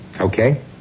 Okay